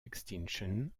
extinction